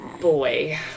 boy